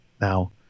Now